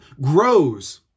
grows